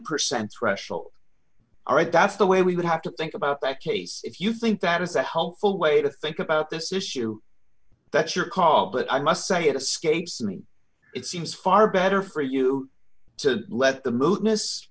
percent threshold all right that's the way we would have to think about that case if you think that is a helpful way to think about this issue that's your call but i must say it escapes me it seems far better for you to let the move miss